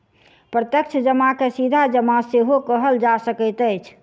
प्रत्यक्ष जमा के सीधा जमा सेहो कहल जा सकैत अछि